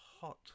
hot